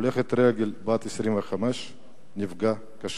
הולכת רגל בת 25 נפגעה קשה,